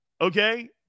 okay